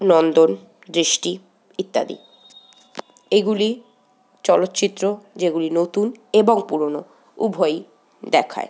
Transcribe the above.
নন্দন দৃষ্টি ইত্যাদি এগুলি চলচ্চিত্র যেগুলি নতুন এবং পুরোনো উভয়ই দেখায়